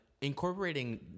incorporating